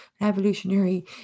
evolutionary